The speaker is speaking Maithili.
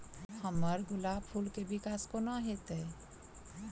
हम्मर गुलाब फूल केँ विकास कोना हेतै?